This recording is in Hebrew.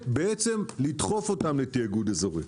ולדחוף אותן לתאגוד אזורי.